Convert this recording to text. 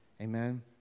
Amen